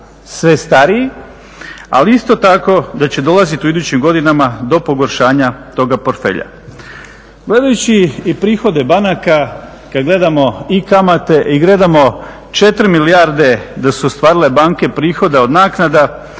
sve stariji, ali isto tako da će dolaziti u idućim godinama do pogoršanja toga portfelja. Gledajući i prihode banaka kad gledamo i kamate i gledamo 4 milijarde da su ostvarile banke prihoda od naknada,